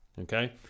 okay